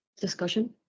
Discussion